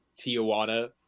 tijuana